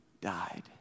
died